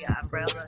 umbrella